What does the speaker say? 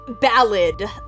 ballad